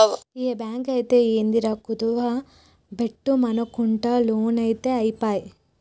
ఏ బాంకైతేందిరా, కుదువ బెట్టుమనకుంట లోన్లిత్తె ఐపాయె